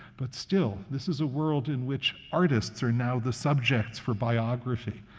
but still, this is a world in which artists are now the subjects for biography.